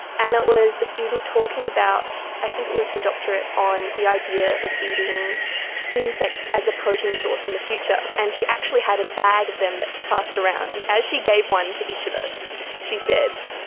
and it was a student talking about, i think it was her doctorate on the idea of eating insects as a protein source in the future, and she actually had a bag of them that she passed around, and as she gave one to each of us she said,